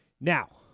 now